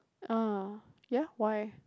ah ya why